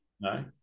no